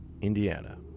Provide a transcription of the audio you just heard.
Indiana